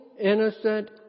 innocent